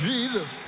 Jesus